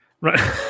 right